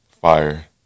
fire